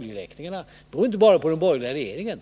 Det beror inte bara på den borgerliga regeringen,